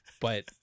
But-